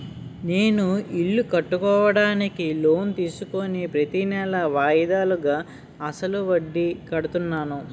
నేను ఇల్లు కట్టుకోడానికి లోన్ తీసుకుని ప్రతీనెలా వాయిదాలుగా అసలు వడ్డీ కడుతున్నాను